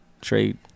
trade